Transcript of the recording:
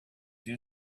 you